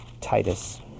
Titus